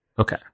Okay